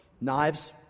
Knives